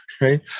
right